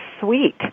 sweet